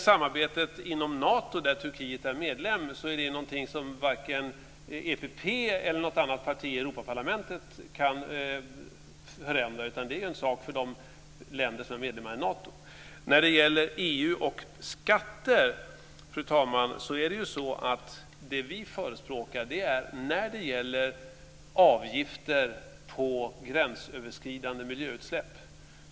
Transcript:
Samarbetet inom Nato, där Turkiet är medlem, är något som varken EPP eller något annat parti i Europaparlamentet kan förändra. Det är en sak för de länder som är medlemmar i Nato. På tal om EU och skatter, fru talman, tror vi att det är viktigt att EU kan fatta beslut om minimiavgifter på gränsöverskridande miljöutsläpp.